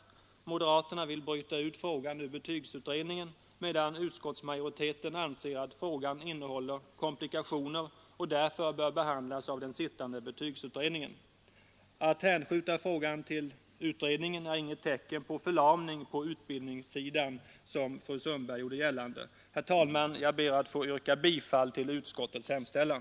Moderaterna vill bryta ut frågan ur betygsutredningen, medan utskottsmajoriteten anser att den innehåller komplikationer och därför bör behandlas av den sittande betygsutredningen. Att hänskjuta frågan till utredningen är inget tecken på förlamning på utbildningssidan, som fru Sundberg gjorde gällande. Herr talman! Jag ber att få yrka bifall till utskottets hemställan.